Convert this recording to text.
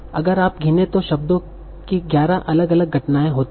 अगर आप गिनें तो शब्दों की 11 अलग अलग घटनाएं होती हैं